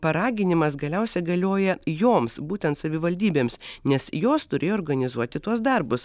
paraginimas galiausia galioja joms būtent savivaldybėms nes jos turėjo organizuoti tuos darbus